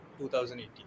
2018